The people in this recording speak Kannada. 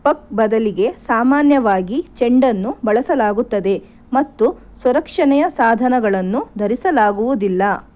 ಪಕ್ ಬದಲಿಗೆ ಸಾಮಾನ್ಯವಾಗಿ ಚೆಂಡನ್ನು ಬಳಸಲಾಗುತ್ತದೆ ಮತ್ತು ಸ್ವರಕ್ಷಣೆಯ ಸಾಧನಗಳನ್ನು ಧರಿಸಲಾಗುವುದಿಲ್ಲ